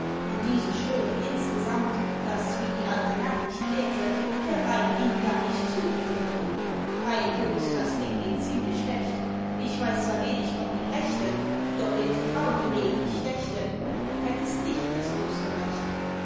und diese schwören insgesamt daß wie die alte nachricht lehrte der rain ihm gar nicht zugehörte ei kunz das ding geht ziemlich schlecht ich weiß zwar wenig von dem rechte doch im vertraun geredt ich dächte du hättest nicht das größte recht